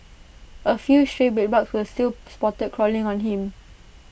A few stray bedbugs were still spotted crawling on him